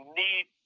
need